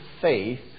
faith